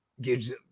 gives